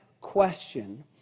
question